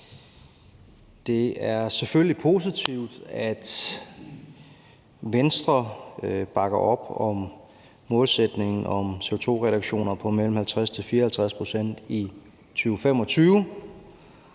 Det er selvfølgelig positivt, at Venstre bakker op om målsætningen for CO2-reduktioner på mellem 50 pct. og 54